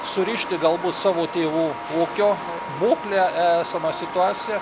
surišti galbūt savo tėvų ūkio būklę esamą situaciją